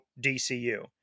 DCU